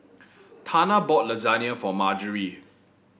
Tana bought Lasagne for Marjorie